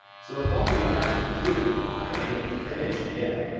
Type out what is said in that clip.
so if all we have to do i ain't finished yet,